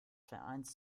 vereins